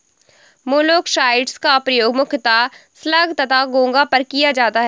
मोलॉक्साइड्स का प्रयोग मुख्यतः स्लग तथा घोंघा पर किया जाता है